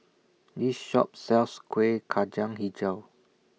This Shop sells Kueh Kacang Hijau